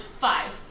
Five